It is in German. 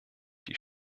die